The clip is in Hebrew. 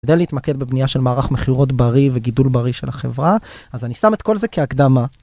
כדאי להתמקד בבנייה של מערך מכירות בריא וגידול בריא של החברה אז אני שם את כל זה כהקדמה.